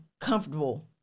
comfortable